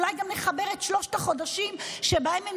אולי גם נחבר את שלושת החודשים שבהם הם